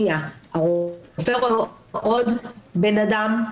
מתוך הטיוטה הזו אכן אושר ואלה התקנות שקיימות כיום.